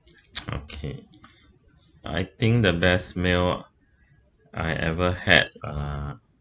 okay I think the best meal I ever had uh